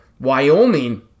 Wyoming